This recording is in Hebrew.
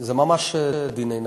זה ממש דיני נפשות.